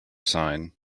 sign